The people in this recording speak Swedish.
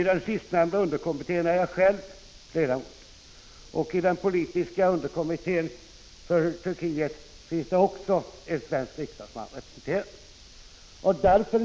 I den sistnämnda underkommittén är jag själv ledamot, och även i den politiska underkommittén för Turkiet finns en svensk riksdagsman.